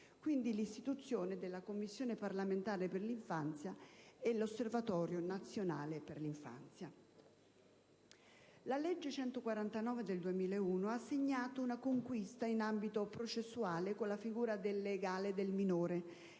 e l'istituzione della Commissione parlamentare per l'infanzia e dell'Osservatorio nazionale per l'infanzia. La legge n. 149 del 2001 ha segnato una conquista in ambito processuale con la figura del «legale del minore»